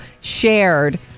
shared